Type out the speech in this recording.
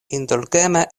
indulgema